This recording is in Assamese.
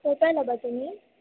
ক'ৰ পৰা ল'বা তুমি